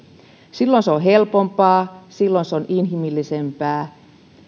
silloin se on helpompaa silloin se on inhimillisempää